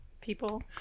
People